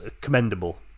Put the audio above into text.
commendable